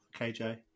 KJ